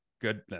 good